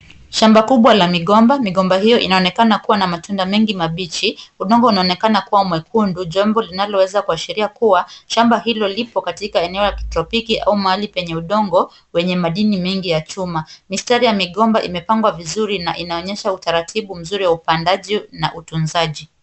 Shamba kubwa la migomba. Shamba hiyo inaonekana kuwa na matunda mengi na mbichi. Udongo unaonekana kuwa mwekundu, jambo linaloweza kuwashiria kuwa shamba hilo liko katika eneo la kitropiki au mahali penye udongo wenye madini mengi ya chuma. Mistari ya migomba imepangwa vizuri na inaonyesha utaratibu mzuri wa upandaji na utunzaji.